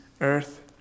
earth